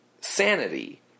sanity